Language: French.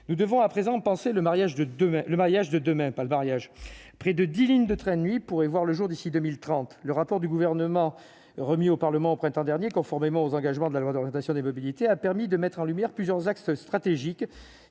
de demain par le mariage, près de 10 lignes de train ni pourrait voir le jour d'ici 2030, le rapport du gouvernement remis au Parlement au printemps dernier, conformément aux engagements de la loi d'orientation des mobilités a permis de mettre en lumière plusieurs axes stratégiques,